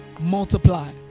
Multiply